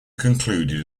concluded